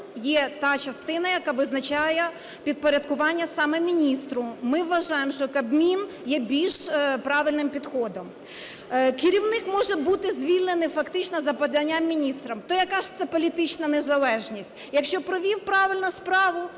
є та частина, яка визначає підпорядкування саме міністру. Ми вважаємо, що Кабмін є більш правильним підходом. Керівник може бути звільнений фактично за поданням міністра. То яка ж це політична незалежність? Якщо провів правильно справу